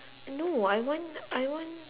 no I want I want